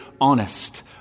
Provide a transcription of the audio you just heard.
honest